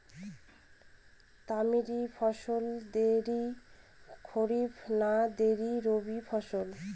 তামারি ফসল দেরী খরিফ না দেরী রবি ফসল?